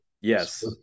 Yes